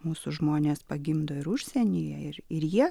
mūsų žmonės pagimdo ir užsienyje ir ir jie